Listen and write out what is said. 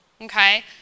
Okay